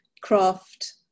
craft